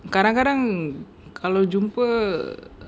kadang-kadang kalau jumpa